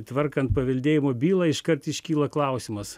tvarkant paveldėjimo bylą iškart iškyla klausimas